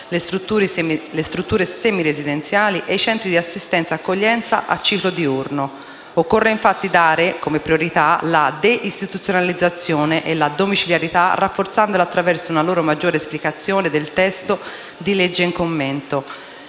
le strutture semiresidenziali e i centri di assistenza e accoglienza a ciclo diurno. Occorre infatti avere come priorità la deistituzionalizzazione e la domiciliarità, rafforzandole attraverso una loro maggiore esplicazione nel testo di legge al nostro